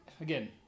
again